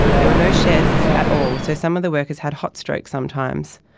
there were no sheds at all, so some of the workers had hot-stroke sometimes,